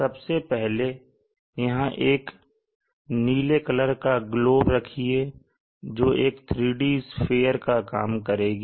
सबसे पहले यहां एक नीले कलर का ग्लोब रखिए जो कि एक 3D स्फीयर का काम करेगी